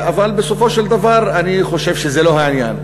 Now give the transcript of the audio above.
אבל בסופו של דבר אני חושב שזה לא העניין.